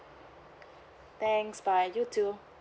thanks bye you too